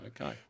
Okay